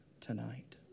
tonight